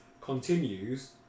continues